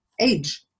age